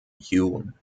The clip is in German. jun